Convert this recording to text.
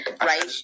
right